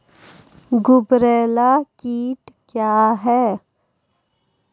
गुबरैला कीट क्या हैं?